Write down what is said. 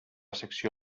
secció